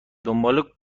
دنبال